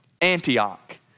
Antioch